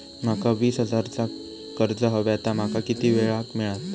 माका वीस हजार चा कर्ज हव्या ता माका किती वेळा क मिळात?